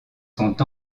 sont